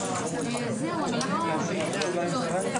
ננעלה בשעה